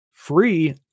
free